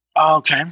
Okay